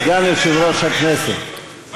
סגן יושב-ראש הכנסת,